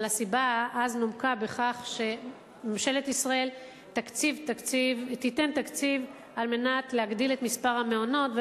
אבל הנימוק אז היה שממשלת ישראל תיתן תקציב כדי להגדיל את מספר המעונות,